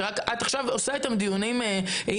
שאת רק עכשיו עושה איתם דיונים ענייניים,